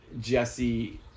Jesse